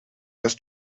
das